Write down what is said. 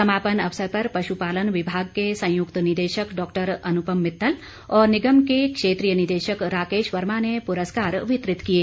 समापन अवसर पर पशुपालन विभाग के संयुक्त निदेशक डॉक्टर अनुपम मित्तल और निगम के क्षेत्रीय निदेशक राकेश वर्मा ने पुरस्कार वितरित किए